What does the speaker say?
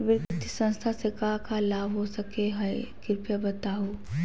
वित्तीय संस्था से का का लाभ हो सके हई कृपया बताहू?